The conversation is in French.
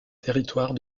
territoire